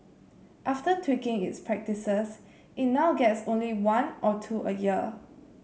after tweaking its practices it now gets only one or two a year